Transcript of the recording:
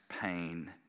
pain